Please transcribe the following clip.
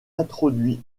introduit